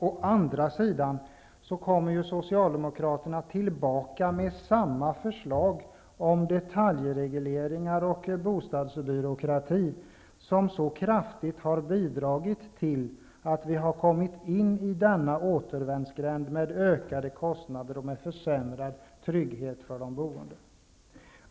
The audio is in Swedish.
Å andra sidan kommer Socialdemokraterna tillbaka med samma förslag om detaljreglering och bostadsbyråkrati, som så kraftigt har bidragit till att vi har kommit in i denna återvändsgränd med ökade kostnader och försämrad trygghet för de boende.